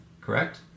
correct